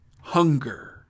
hunger